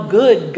good